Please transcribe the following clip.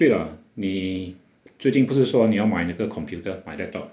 对了你最近不是说你要买那个 computer 买 laptop